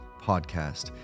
podcast